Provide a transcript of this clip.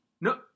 No